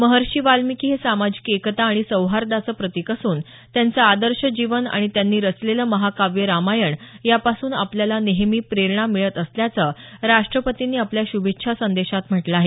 महर्षी वाल्मिकी हे सामाजिक एकता आणि सौहार्दाचं प्रतीक असून त्यांचं आदर्श जीवन आणि त्यांची रचलेलं महाकाव्य रामायण यापासून आपल्याला नेमही प्रेरणा मिळत असल्याचं राष्ट्रपतींनी आपल्या शुभेच्छा संदेशात म्हटलं आहे